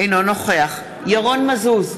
אינו נוכח ירון מזוז,